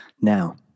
Now